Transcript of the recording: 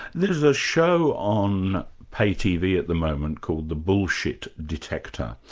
there is a show on pay-tv at the moment called the bullshit detector,